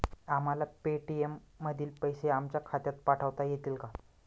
आम्हाला पेटीएम मधील पैसे आमच्या खात्यात पाठवता येतील का?